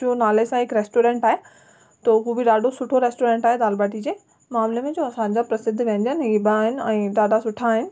जो नाले सां हिकु रेस्टोरंट आहे त हो बि ॾाढो सुठो रेस्टोरेंट आहे दाल भाटी जे मामले में जो असांजा प्रसिद्ध व्यंजन ही ॿ आहिनि ऐं ॾाढा सुठा आहिनि